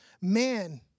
man